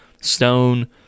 Stone